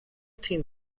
تیم